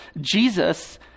Jesus